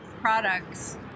products